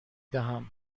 دهم